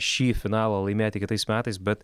šį finalą laimėti kitais metais bet